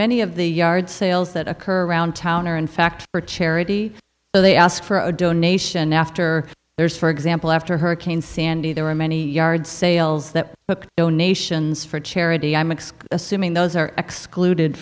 many of the yard sales that occur around town or in fact for charity so they ask for a donation after theirs for example after hurricane sandy there are many yard sales that book donations for charity i'm mixed assuming those are excluded